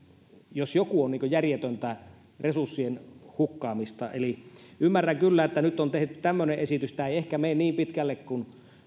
jos joku on järjetöntä resurssien hukkaamista eli ymmärrän kyllä että nyt on tehty tämmöinen esitys tämä ei ehkä mene niin pitkälle kuin